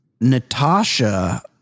Natasha